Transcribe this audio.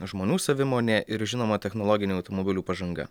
žmonių savimonė ir žinoma technologinių automobilių pažanga